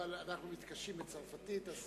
אבל אנחנו מתקשים בצרפתית.